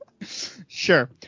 Sure